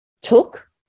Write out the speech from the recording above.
took